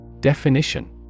Definition